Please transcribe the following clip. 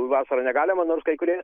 vasarą negalima nors kai kurie